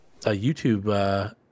YouTube